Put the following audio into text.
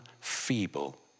feeble